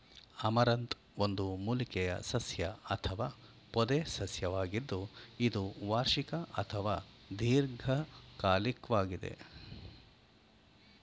amaranth ಒಂದು ಮೂಲಿಕೆಯ ಸಸ್ಯ ಅಥವಾ ಪೊದೆಸಸ್ಯವಾಗಿದ್ದು ಇದು ವಾರ್ಷಿಕ ಅಥವಾ ದೀರ್ಘಕಾಲಿಕ್ವಾಗಿದೆ